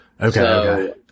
Okay